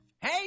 Hey